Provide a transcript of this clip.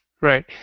Right